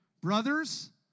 Brothers